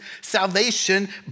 salvation